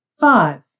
five